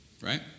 right